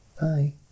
bye